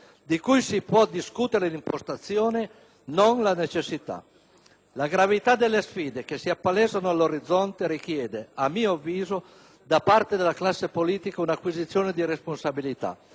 di cui si può discutere l'impostazione, non la necessità. La gravità delle sfide che si appalesano all'orizzonte richiede, a mio avviso, da parte della classe politica un'acquisizione di responsabilità,